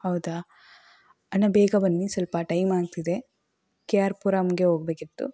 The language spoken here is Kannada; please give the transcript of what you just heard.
ಹೌದಾ ಅಣ್ಣ ಬೇಗ ಬನ್ನಿ ಸ್ವಲ್ಪ ಟೈಮ್ ಆಗ್ತಿದೆ ಕೆ ಆರ್ ಪುರಮ್ಗೆ ಹೋಗಬೇಕಿತ್ತು